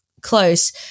close